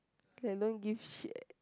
he like don't give shit eh